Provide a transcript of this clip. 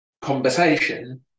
conversation